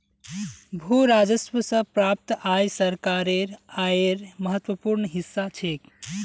भू राजस्व स प्राप्त आय सरकारेर आयेर महत्वपूर्ण हिस्सा छेक